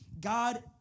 God